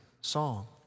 song